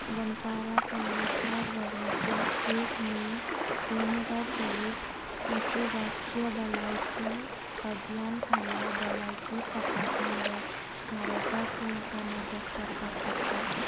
दनपारा पावणे चार वरांचेर एक मे दोन हजार चोवीस खातीर राष्ट्रीय भलायकी अभियान खाला भलायकी तपासणी बेट थारोवपाक तूं म्हाका मदत करपाक शकता